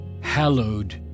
Hallowed